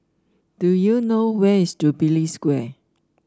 do you know where is Jubilee Square